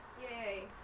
Yay